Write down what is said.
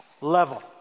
level